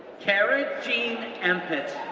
kara jean empett,